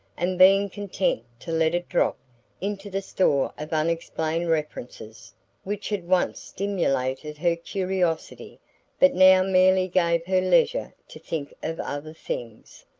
and being content to let it drop into the store of unexplained references which had once stimulated her curiosity but now merely gave her leisure to think of other things.